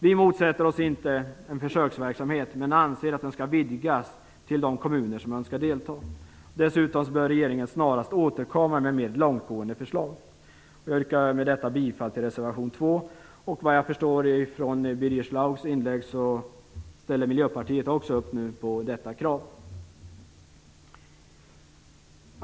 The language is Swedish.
Vi motsätter oss inte en försöksverksamhet, men anser att den skall vidgas till de kommuner som önskar delta. Dessutom bör regeringen snarast återkomma med mer långtgående förslag. Med detta yrkar jag bifall till reservation 2. Vad jag förstår av Birger Schlaugs inlägg ställer Miljöpartiet nu också upp på detta krav.